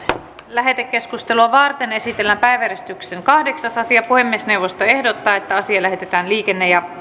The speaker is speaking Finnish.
lähetekeskustelua varten esitellään päiväjärjestyksen kahdeksas asia puhemiesneuvosto ehdottaa että asia lähetetään liikenne ja